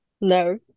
No